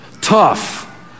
tough